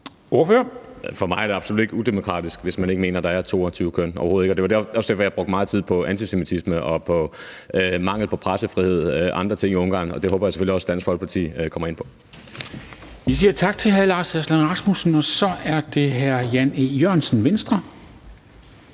(S): For mig er det absolut ikke udemokratisk, hvis man ikke mener, der er 22 køn – overhovedet ikke. Og det var også derfor, jeg brugte meget tid på antisemitisme og på mangel på pressefrihed og andre ting i Ungarn, og det håber jeg selvfølgelig også Dansk Folkeparti kommer ind på. Kl. 19:01 Formanden (Henrik Dam Kristensen): Vi siger tak til hr. Lars Aslan Rasmussen. Så er det hr. Jan E. Jørgensen, Venstre.